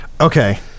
okay